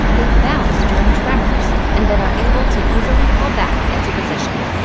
they bounce during tremors and then are able to easily fall back into position.